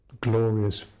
glorious